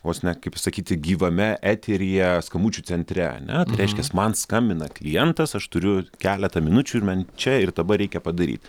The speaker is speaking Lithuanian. vos ne kaip sakyti gyvame eteryje skambučių centre ane reiškias man skambina klientas aš turiu keletą minučių ir man čia ir dabar reikia padaryt